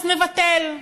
אז נבטל.